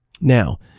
Now